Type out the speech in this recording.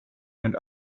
and